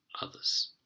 others